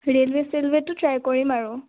railway চেলৱে'টো try কৰিম আৰু